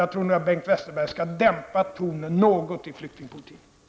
Jag menar därför att Bengt Westerberg nog skall dämpa tonen något när det gäller flyktingpolitiken.